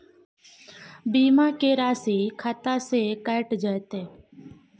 बीमा के राशि खाता से कैट जेतै?